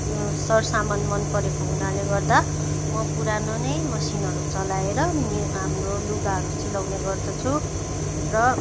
सरसामान मन परेको हुनाले गर्दा म पुरानो नै मेसिनहरू चलाएर मेरो हाम्रो लुगाहरू सिलाउने गर्दछु र